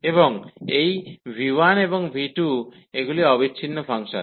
এবং এই v1 এবং v2 এগুলি অবিচ্ছিন্ন ফাংশন